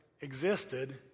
existed